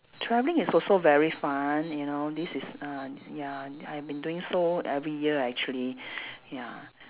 travelling is also very fun you know this is ah ya I have been doing so every year actually ya